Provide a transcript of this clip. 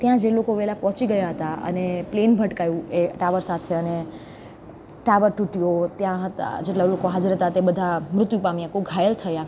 ત્યાં જે લોકો વહેલા પહોંચી ગયા હતા અને પ્લેન ભટકાયું એ ટાવર સાથે અને ટાવર તૂટ્યો ત્યાં હતા જેટલા લોકો હાજર હતા એ બધા મૃત્યુ પામ્યા કોઈક ઘાયલ થયા